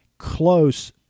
Close